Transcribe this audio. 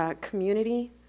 community